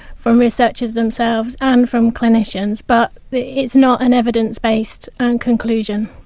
from researchers themselves and from clinicians. but it is not an evidence-based and conclusion.